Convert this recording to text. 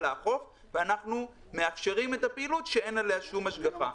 לאכוף ואנחנו מאפשרים פעילות שאין עליה שום השגחה.